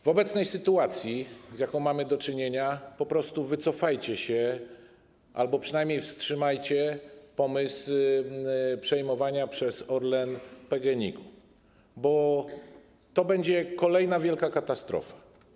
W obecnej sytuacji, w sytuacji, z jaką mamy do czynienia, po prostu wycofajcie się albo przynajmniej wstrzymajcie pomysł przejmowania PGNiG przez Orlen, bo to będzie kolejna wielka katastrofa.